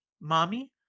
Mommy